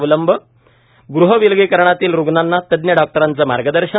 अवलंब गृहविलगीकरणातील रुग्णांना तज्ज्ञ डॉक्टरांचे मार्गदर्शन